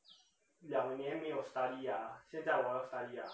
两年没有 study ah 现在我要 study ah